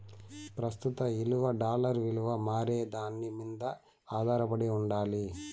ప్రస్తుత ఇలువ డాలర్ ఇలువ మారేదాని మింద ఆదారపడి ఉండాలి